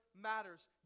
matters